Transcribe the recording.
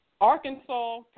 Arkansas